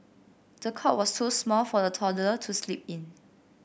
the cot was too small for the toddler to sleep in